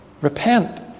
Repent